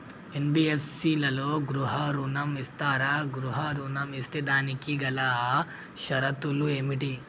NBFC లలో గృహ ఋణం ఇస్తరా? గృహ ఋణం ఇస్తే దానికి గల షరతులు ఏమిటి?